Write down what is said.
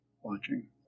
watching